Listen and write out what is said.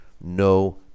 no